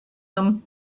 them